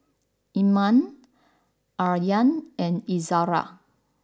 Iman Aryan and Izara